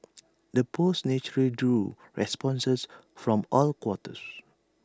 the post naturally drew responses from all quarters